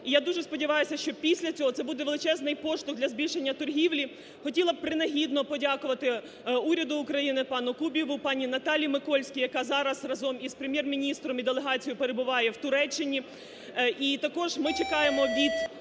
я дуже сподіваюся, що після цього це буде величезний поштовх для збільшення торгівлі. Хотіла б принагідно подякувати уряду України, пану Кубіву, пані Наталії Микольській, яка зараз разом із Прем'єр-міністром і делегацією перебуває в Туреччині.